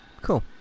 Cool